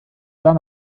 dann